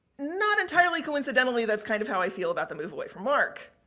not entirely coincidentally, that's kind of how i feel about the move away from marc.